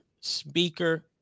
speaker